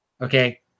okay